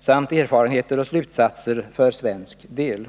samt erfarenheter och slutsatser för svensk del.